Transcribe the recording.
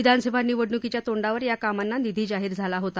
विधानसभा निवडणुकीच्या तोंडावर या कामांना निधी जाहीर झाला होता